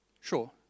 Sure